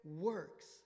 works